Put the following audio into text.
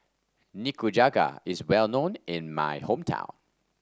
Nikujaga is well known in my hometown